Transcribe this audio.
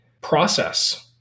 process